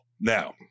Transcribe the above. Now